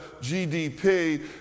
GDP